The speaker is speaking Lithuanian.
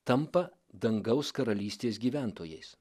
tampa dangaus karalystės gyventojais